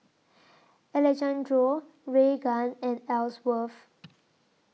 Alejandro Raegan and Elsworth